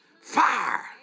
fire